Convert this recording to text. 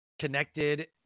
connected